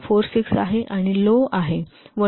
46 आहे आणि लो आहे 1